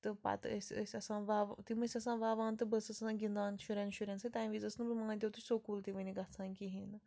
تہٕ پَتہٕ ٲسۍ أسۍ آسان وَوان تِم ٲسۍ آسان وَوان تہٕ بہٕ ٲسٕس آسان گِنٛدان شُرٮ۪ن شُرٮ۪ن سۭتۍ تَمہِ وِزِ ٲسٕس نہٕ بہٕ مٲنۍتَو تُہۍ سُکوٗل تہِ وٕنہِ گژھان کِہیٖنۍ نہٕ